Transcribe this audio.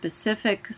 specific